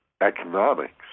economics